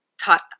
taught